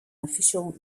official